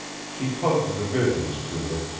she hugged the visions to her,